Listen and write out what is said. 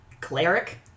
cleric